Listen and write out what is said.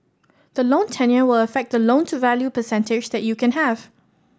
the loan tenure will affect the loan to value percentage that you can have